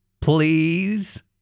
please